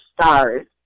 stars